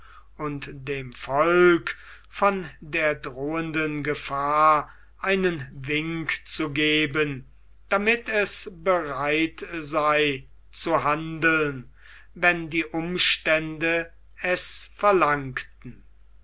und dem volke von der drohenden gefahr einen wink zu geben damit es bereit sei zu handeln wenn die umstände es verlangten